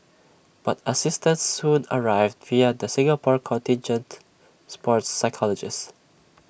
but assistance soon arrived via the Singapore contingent's sports psychologist